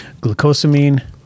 Glucosamine